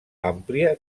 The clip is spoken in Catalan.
àmplia